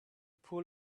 poor